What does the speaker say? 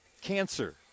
cancer